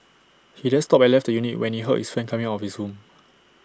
he then stopped and left the unit when he heard his friend coming out of his room